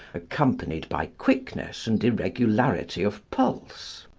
accompanied by quickness and irregularity of pulse.